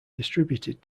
distributed